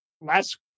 last